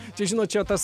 čia žinot čia tas